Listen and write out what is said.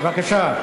בבקשה.